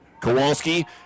Kowalski